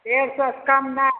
डेढ़ सए कम नहि